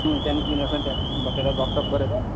त्यहाँ निस्किनुपर्छ नि त्यहाँ एकछिन बसेर गफसफ गरेर